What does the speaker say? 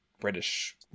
British